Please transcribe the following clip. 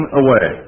away